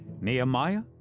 Nehemiah